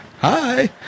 hi